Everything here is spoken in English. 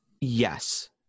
yes